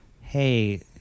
hey